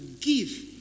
give